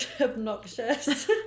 obnoxious